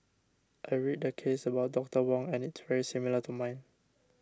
I read the case about Doctor Wong and it's very similar to mine